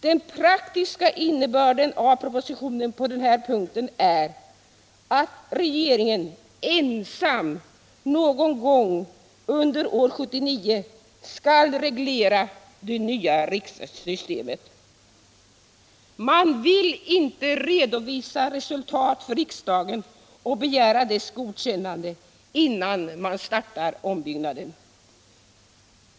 Den praktiska innebörden av propositionen på den här punkten är att regeringen ensam någon gång under 1979 skall reglera det nya rikssystemet. Man vill inte redovisa resultatet för riksdagen och begära dess godkännande innan man startar ombyggnaden.